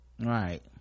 right